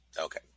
Okay